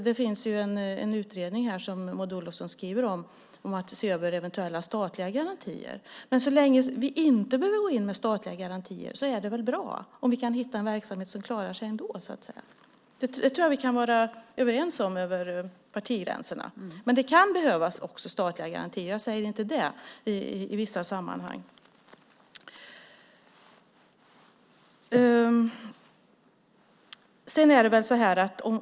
Det finns en utredning, som Maud Olofsson skriver om, som ska se över eventuella statliga garantier. Men det är väl bra så länge vi inte behöver gå in med statliga garantier och kan hitta en verksamhet som klarar sig ändå? Det kan vi nog vara överens om över partigränserna. Men det betyder inte att det inte kan behövas statliga garantier i vissa sammanhang.